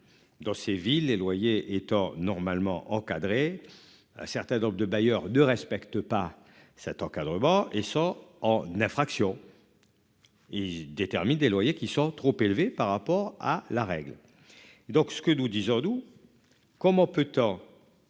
Dans ces villes les loyers étant normalement encadrés. Un certain nombre de bailleurs de respectent pas cet encadrement et sont en infraction. Il détermine des loyers qui sont trop élevés par rapport à la règle. Et donc ce que nous disons nous. Comment peut-on.